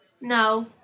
No